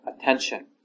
attention